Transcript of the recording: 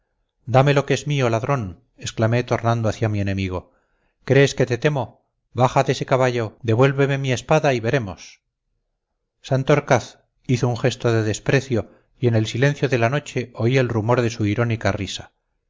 dame lo que es mío ladrón exclamé tornando hacia mi enemigo crees que te temo baja de ese caballo devuélveme mi espada y veremos santorcaz hizo un gesto de desprecio y en el silencio de la noche oí el rumor de su irónica risa